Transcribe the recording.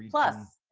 plus.